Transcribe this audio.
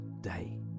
day